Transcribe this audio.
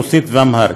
רוסית ואמהרית.